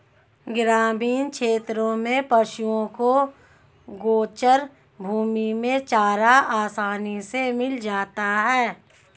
ग्रामीण क्षेत्रों में पशुओं को गोचर भूमि में चारा आसानी से मिल जाता है